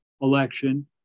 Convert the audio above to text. election